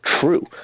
true